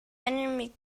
enemy